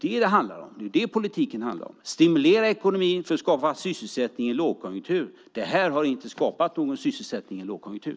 Det är det politiken handlar om: att stimulera ekonomin för att skapa sysselsättning i lågkonjunktur. Det här har inte skapat någon sysselsättning i lågkonjunktur.